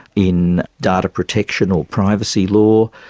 in data protection or privacy law,